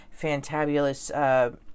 fantabulous